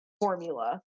formula